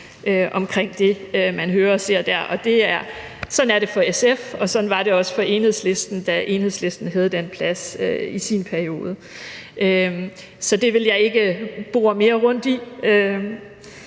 omkring det, man hører og ser der. Sådan er det for SF, og sådan var det også for Enhedslisten, da Enhedslisten havde den plads i en periode. Så det vil jeg ikke køre mere rundt i.